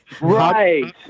Right